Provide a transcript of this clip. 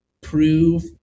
prove